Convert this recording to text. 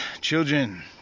Children